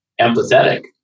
empathetic